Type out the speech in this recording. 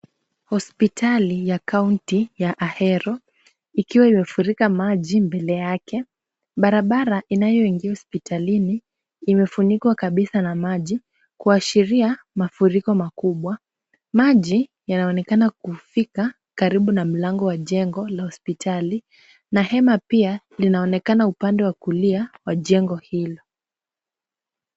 Hospitali ya County ya Ahero, ikiwa imefurika maji mbele yake. Barabara inayoingia hospitalini imefunikwa kabisa na maji, kuashiria mafuriko makubwa. Maji yanaonekana kufika karibu na mlango wa jengo la hospitali na hema pia linaonekana upande wa kulia wa jengo hilo.